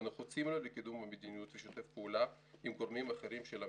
הנחוצים לו לקידום המדיניות ושיתופי פעולה עם גורמים אחרים של הממשלה.